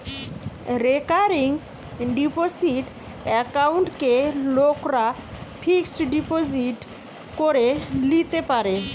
recurring deposit একাউন্টকে লোকরা fixed deposit করে লিতে পারে